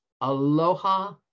Aloha